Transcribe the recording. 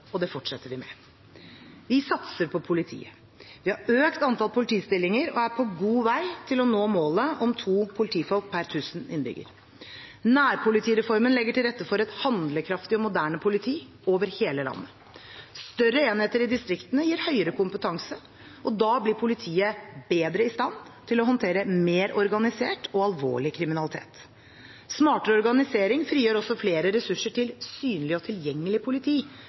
og det fortsetter vi med. Vi satser på politiet. Vi har økt antall politistillinger og er på god vei til å nå målet om 2 politifolk per 1 000 innbyggere. Nærpolitireformen legger til rette for et handlekraftig og moderne politi over hele landet. Større enheter i distriktene gir høyere kompetanse. Da blir politiet bedre i stand til å håndtere mer organisert og alvorlig kriminalitet. Smartere organisering frigjør også flere ressurser til synlig og tilgjengelig politi,